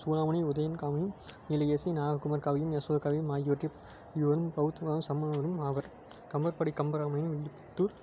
சூடாமணி உதயன் காவியம் நீலகேசி நாககுமார காவியம் யசோதர காவியம் ஆகியவற்றை இருவரும் பௌத்த மத சமணர்களும் ஆவர் கம்பர் பாடிய கம்பராமாயணம் இன்றுத்து